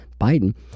Biden